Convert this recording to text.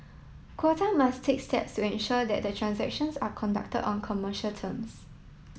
Qatar must take steps to ensure that the transactions are conducted on commercial terms